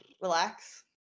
Relax